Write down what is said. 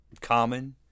common